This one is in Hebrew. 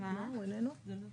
מאחר ואני קצת